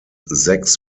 sechs